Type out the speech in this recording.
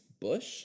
Bush